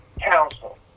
council